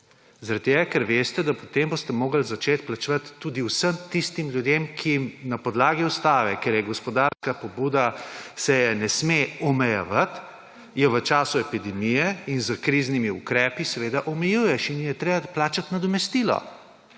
tega, ker veste, da potem boste mogli začeti plačevati tudi vsem tistim ljudem, ki jim na podlagi Ustave, ker je gospodarska pobuda se je ne sme omejevati, je v času epidemije in s kriznimi ukrepi seveda omejuješ in je treba doplačati nadomestilo.